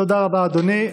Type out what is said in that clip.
תודה רבה, אדוני.